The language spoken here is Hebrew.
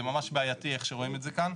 זה ממש בעייתי איך שרואים את זה כאן.